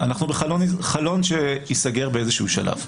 --- אנחנו בחלון שייסגר באיזה שהוא שלב.